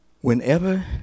Whenever